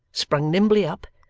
sprung nimbly up,